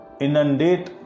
inundate